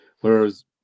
Whereas